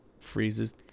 Freezes